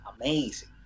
amazing